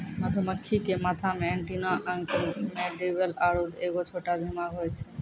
मधुमक्खी के माथा मे एंटीना अंक मैंडीबल आरु एगो छोटा दिमाग होय छै